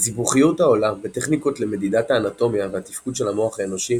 הסיבוכיות העולה בטכניקות למדידת האנטומיה והתפקוד של המוח האנושי